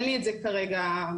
אין לי את זה כרגע בשליפה.